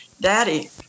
Daddy